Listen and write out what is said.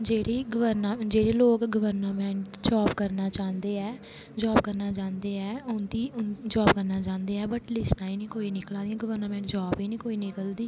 जेहडी गवर्नर ने जेहडे लोक गवर्नामेंट जाॅव करना चांहदे ऐ जाॅव करना चाहंदे ऐ उंदी जाॅव करना चांहदे बट लिस्टां गै नी कोई निकला दियां गवर्नामेंट जाॅव ऐ नेई कोई निकला दी